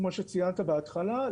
כמו שציינת בהתחלה,